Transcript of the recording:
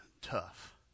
tough